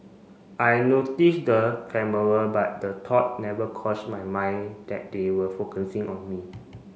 I noticed the camera but the thought never crossed my mind that they were focusing on me